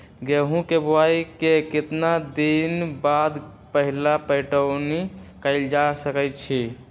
गेंहू के बोआई के केतना दिन बाद पहिला पटौनी कैल जा सकैछि?